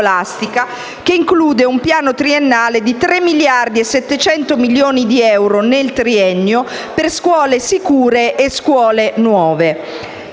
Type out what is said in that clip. che include un piano triennale di 3.700 milioni di euro nel triennio, per scuole sicure e scuole nuove.